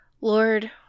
Lord